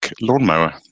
lawnmower